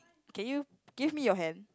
can you give me your hand